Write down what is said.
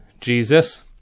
Jesus